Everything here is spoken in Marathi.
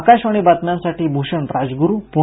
आकाशवाणी बातम्यांसाठी भूषण राजगुरू पुणे